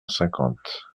cinquante